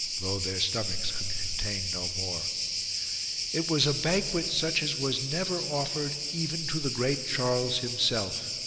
though their stomachs could contain no more it was a banquet such as was never offered even to the great charles himself.